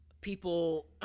People